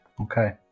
Okay